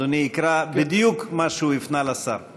אדוני יקרא בדיוק מה שהוא הפנה לשר בכתב.